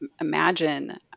imagine